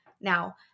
Now